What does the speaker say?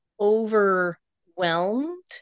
overwhelmed